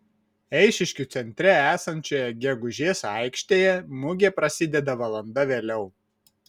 eišiškių centre esančioje gegužės aikštėje mugė prasideda valanda vėliau